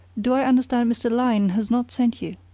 do i understand mr. lyne has not sent you?